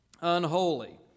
unholy